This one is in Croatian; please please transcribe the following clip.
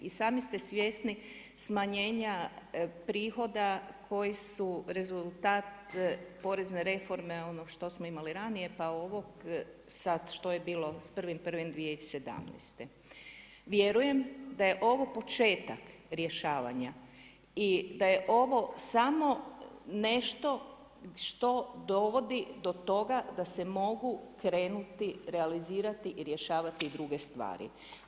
I sami ste svjesni smanjenja prihoda koji su rezultat porezne reforme ono što smo imali ranije pa ovog sada što je bilo sa 1.1.2017. vjerujem da je ovo početak rješavanja i da je ovo samo nešto što dovodi do toga da se mogu krenuti realizirati i rješavati druge stvari.